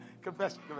confession